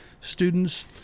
students